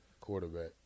quarterback